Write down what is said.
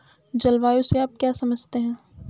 जलवायु से आप क्या समझते हैं?